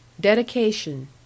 Dedication